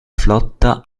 flotta